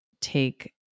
take